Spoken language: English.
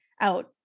out